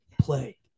play